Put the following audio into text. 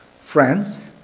Friends